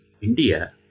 India